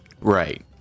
Right